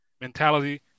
mentality